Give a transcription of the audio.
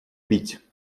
бить